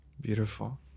Beautiful